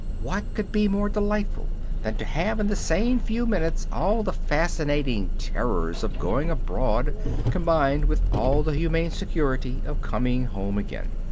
what could be more delightful than to have in the same few minutes all the fascinating terrors of going abroad combined with all the humane security of coming home again?